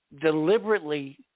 deliberately